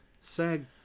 SAG